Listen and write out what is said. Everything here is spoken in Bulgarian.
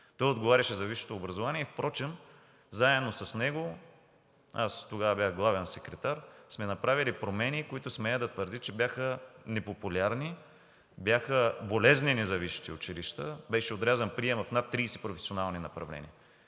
Той отговаряше за висшето образование и заедно с него – аз тогава бях главен секретар, сме направили промени, които, смея да твърдя, че бяха непопулярни, бяха болезнени за висшите училища – беше отрязан приемът в над 30 професионални направления.